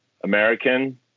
American